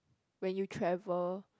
when you travel